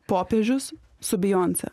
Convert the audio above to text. popiežius su bijonse